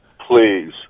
please